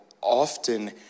often